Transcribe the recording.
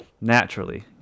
Naturally